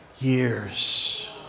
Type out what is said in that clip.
years